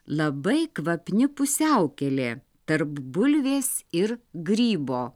labai kvapni pusiaukelė tarp bulvės ir grybo